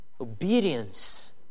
obedience